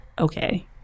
okay